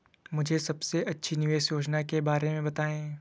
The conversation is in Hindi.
मुझे सबसे अच्छी निवेश योजना के बारे में बताएँ?